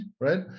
right